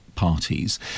Parties